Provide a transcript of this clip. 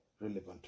relevant